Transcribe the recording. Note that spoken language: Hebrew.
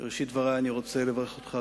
בראשית דברי אני רוצה לברך אותך,